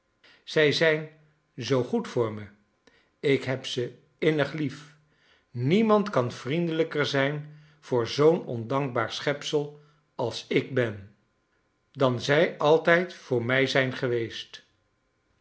zij zijn zoo goed voor me ik heb ze innig lief niemand kan vriendelijker zijn voor zoo'n ondankbaar schepsel als ik ben dan zij altijd voor mij zijn geweest